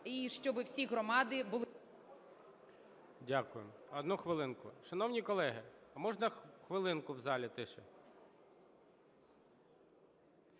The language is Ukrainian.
Дякую. Одну хвилинку. Шановні колеги, а можна хвилинку в залі тиші.